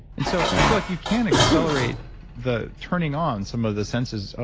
and so i feel like you can't accelerate the turning on some of the senses, oh,